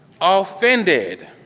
Offended